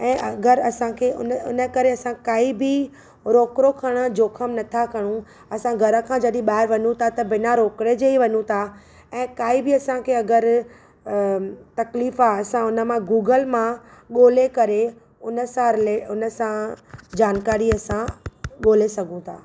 ऐं अगरि असांखे हुन हुन करे असां काई बि रोकड़ो खरण जो जोखम नथा खणू असां घर खां जॾहिं ॿाहिरि वञूं था त बिना रोकड़े जे ही वञू ऐं काई बि असांखे अगरि तकलीफ़ आहे असां हुन मां गूगल मां ॻोल्हे करे हुन सां रिलेट हुन सां जानकारीअ सां ॻोल्हे सघूं था